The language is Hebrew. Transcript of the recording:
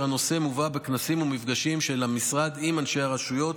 והנושא מובא בכנסים ומפגשים של המשרד עם אנשי הרשויות,